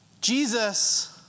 Jesus